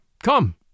Come